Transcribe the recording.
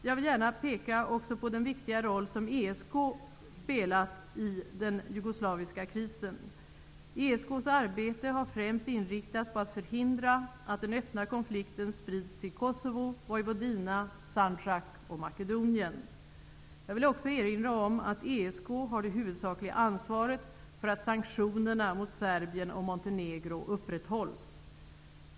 Jag vill gärna peka även på den viktiga roll som ESK spelat i den jugoslaviska krisen. ESK:s arbete har främst inriktats på att förhindra att den öppna konflikten sprids till Kosovo, Vojvodina, Sandjak och Makedonien. Jag vill också erinra om att ESK har det huvudsakliga ansvaret för att sanktionerna mot Serbien Montenegro upprätthålls.